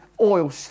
oil